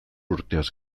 urteaz